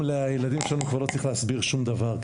היום, לילדים שלנו כבר לא צריך להסביר שום דבר.